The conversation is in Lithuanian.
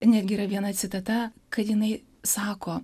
netgi yra viena citata kad jinai sako